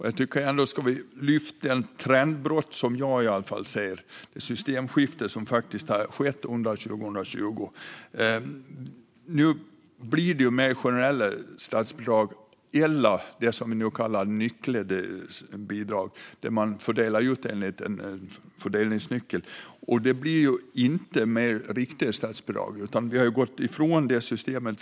Jag tycker att vi ska lyfta fram det trendbrott som i alla fall jag ser. Det har faktiskt skett ett systemskifte under 2020. Nu blir det mer generella statsbidrag, eller det som vi kallar nycklade bidrag, där man fördelar ut enligt en fördelningsnyckel. Det blir inte mer riktade statsbidrag, utan vi har gått ifrån det systemet.